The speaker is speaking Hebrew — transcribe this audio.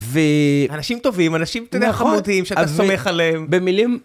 ואנשים טובים, אנשים חמודים שאתה סומך עליהם.